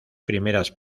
primeras